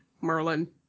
Merlin